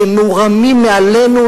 שהם מורמים מעלינו,